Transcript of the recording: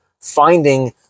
finding